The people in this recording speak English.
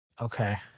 Okay